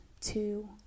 two